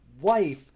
wife